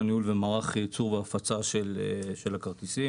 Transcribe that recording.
ניהול ומערך ייצור והפצה של הכרטיסים.